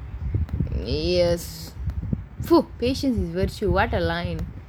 yes !fuh! patience is very sure water line